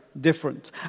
different